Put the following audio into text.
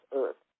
earth